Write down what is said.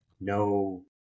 no